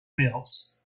mills